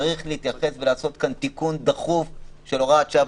צריך להתייחס ולעשות כאן תיקון דחוף של הוראת שעה.